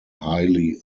highly